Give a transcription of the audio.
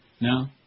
No